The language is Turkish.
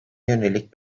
yönelik